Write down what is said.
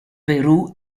perù